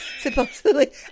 supposedly